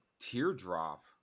teardrop